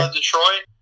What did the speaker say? Detroit